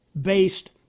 based